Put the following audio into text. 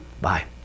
Bye